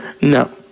No